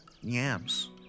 yams